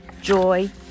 joy